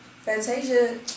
Fantasia